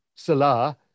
Salah